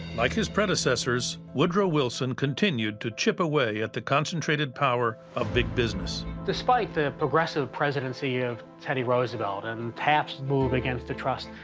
like his predecessors, woodrow wilson continued to chip away at the concentrated power of big business. despite the progressive presidency of teddy roosevelt and taft's move against the trusts,